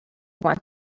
want